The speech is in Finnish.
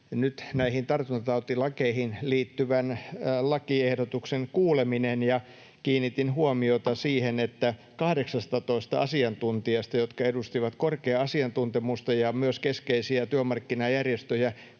näihin tartuntatautilakeihin liittyvän lakiehdotuksen kuuleminen, ja kiinnitin huomiota siihen, että 18 asiantuntijasta, jotka edustivat korkeaa asiantuntemusta ja myös keskeisiä työmarkkinajärjestöjä,